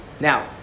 Now